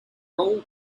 role